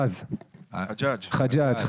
רז חג'ג'.